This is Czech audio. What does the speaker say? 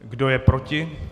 Kdo je proti?